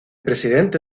presidente